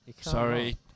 sorry